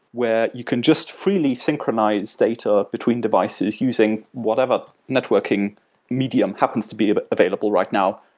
where you can just freely synchronize data between devices using whatever networking medium happens to be available right now.